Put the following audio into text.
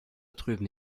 drüben